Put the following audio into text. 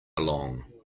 along